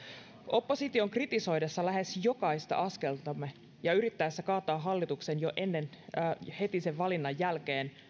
opposition kritisoidessa lähes jokaista askeltamme ja yrittäessä kaataa hallituksen heti sen valinnan jälkeen